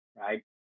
right